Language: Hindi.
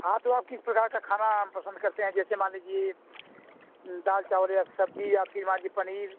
हाँ तो आप किस प्रकार का खाना पसंद करते हैं जैसे मान लीजिए दाल चावल या सब्जी या फिर मान लीजिए पनीर